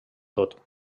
tot